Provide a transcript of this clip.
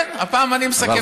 כן, הפעם אני מסכם את הדיון.